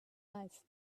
life